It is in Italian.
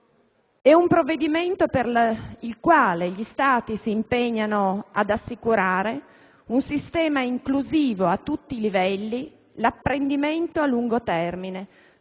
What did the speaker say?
È un provvedimento per il quale gli Stati si impegnano ad assicurare un sistema inclusivo a tutti i livelli, l'apprendimento a lungo termine,